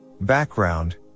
Background